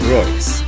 Royce